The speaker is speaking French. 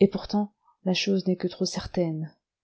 et pourtant la chose n'est que trop certaine